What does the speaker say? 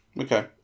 Okay